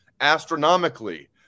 astronomically